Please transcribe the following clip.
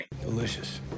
Delicious